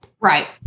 Right